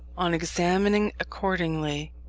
on examining, accordingly,